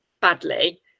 badly